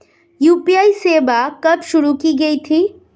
UPI सेवा कब शुरू की गई थी?